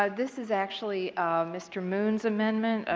ah this is actually mr. moon's amendment.